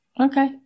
Okay